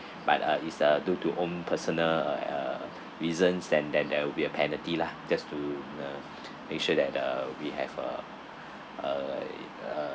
but uh it's uh due to own personal err uh reasons then then there will be a penalty lah just to uh make sure that uh we have a a a